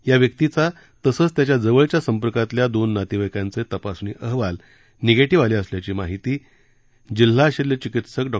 या व्यक्तीचा तसंच त्याच्या जवळच्या संपर्कातल्या दोन नातेवाईकांचे तपासणी अहवाल निगेटीव्ह आले असल्याची माहिती जिल्हा शल्य चिकित्सक डॉ